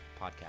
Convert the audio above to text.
podcast